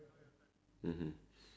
mmhmm